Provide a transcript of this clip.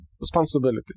responsibility